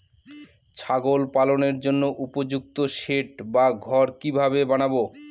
ছাগল পালনের জন্য উপযুক্ত সেড বা ঘর কিভাবে বানাবো?